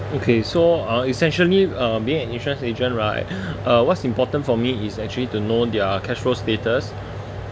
okay so uh essentially uh being an insurance agent right uh what's important for me is actually to know their cash flow status